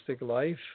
Life